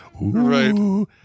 Right